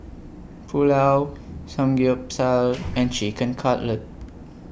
Pulao Samgeyopsal and Chicken Cutlet